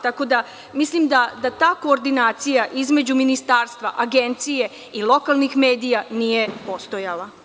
Tako da, mislim da ta koordinacija između ministarstva, Agencije i lokalnih medija nije postojala.